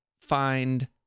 find